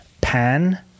pan